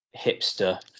hipster